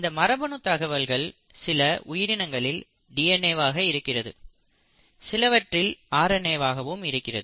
இந்த மரபணு தகவல்கள் சில உயிரினங்களில் டி என் ஏ வாக இருக்கிறது சிலவற்றில் ஆர் என் ஏ வாகவும் இருக்கிறது